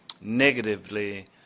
negatively